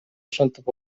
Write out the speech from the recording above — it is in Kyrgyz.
ошентип